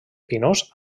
pinós